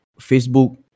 Facebook